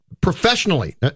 professionally